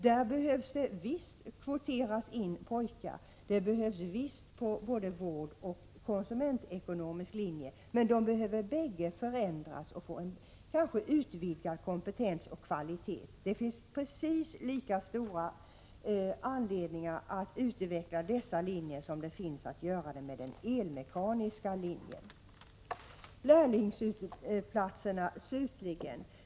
Där behövs det visst kvoteras in pojkar, det behövs visst på både vårdoch konsumentekonomisk linje, men de behöver bägge förändras och kanske få en utvidgad kompetens och kvalitet. Det finns precis lika stor anledning att utveckla dessa linjer som den elmekaniska linjen. Lärlingsplatserna slutligen.